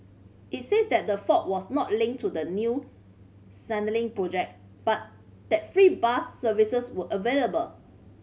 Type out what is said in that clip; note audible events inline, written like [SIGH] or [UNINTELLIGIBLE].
it says that the fault was not linked to the new [UNINTELLIGIBLE] project and that free bus services were available